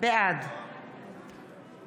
בעד